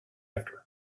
after